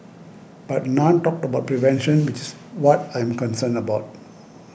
but none talked about prevention which is what I'm concerned about